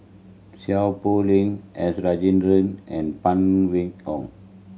Seow Poh Leng S Rajendran and Phan Win Ong